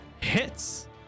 hits